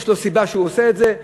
יש לו סיבה שהוא עושה את זה,